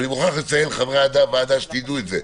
ואני מוכרח לציין, חברי הוועדה, שתדעו את זה.